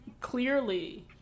Clearly